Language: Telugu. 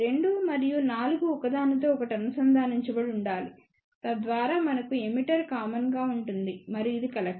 2 మరియు 4 ఒకదానితో ఒకటి అనుసంధానించబడి ఉండాలి తద్వారా మనకు ఎమిటర్ కామన్ గా ఉంటుంది మరియు ఇది కలెక్టర్